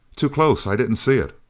too close! i didn't see it.